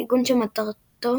ארגון שמטרתו